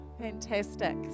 Fantastic